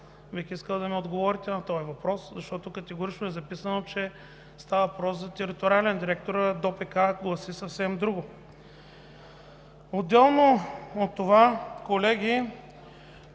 Бих искал да ми отговорите на този въпрос, защото категорично е записано, че става въпрос за териториален директор, а ДОПК гласи съвсем друго. Отделно от това, колеги,